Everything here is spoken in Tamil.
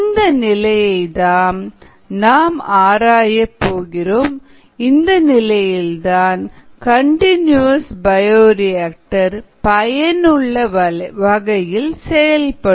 இந்த நிலையைத்தான் நாம் ஆராயப் போகிறோம் இந்த நிலையில்தான் கண்டினியூவஸ்பயோரியாக்டர் பயனுள்ள வகையில் செயல்படும்